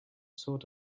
sort